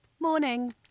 Morning